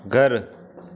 घरु